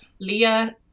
Leah